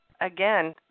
again